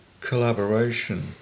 collaboration